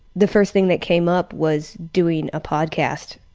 the first thing that came up was doing a podcast.